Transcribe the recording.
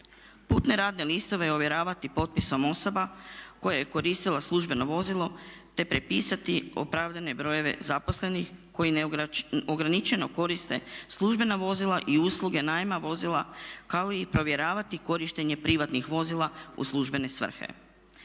Putne radne listove ovjeravati potpisom osoba koje su koristile službeno vozilo te prepisati opravdane brojeve zaposlenih koji neograničeno koriste službena vozila i usluge najma vozila kao i provjeravati korištenje prihvatnih vozila u službene svrhe.